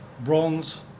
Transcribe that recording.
bronze